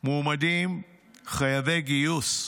מועמדים חייבי גיוס,